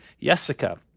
Jessica